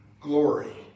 glory